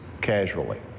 casually